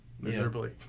miserably